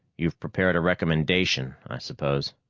you've prepared a recommendation, i suppose.